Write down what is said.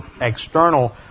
external